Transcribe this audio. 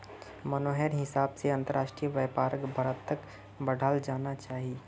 मोहनेर हिसाब से अंतरराष्ट्रीय व्यापारक भारत्त बढ़ाल जाना चाहिए